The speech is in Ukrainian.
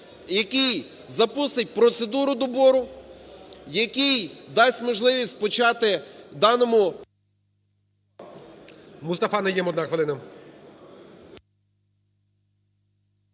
який запустить процедуру добору, який дасть можливість почати в даному… ГОЛОВУЮЧИЙ. Мустафа Найєм, одна хвилина.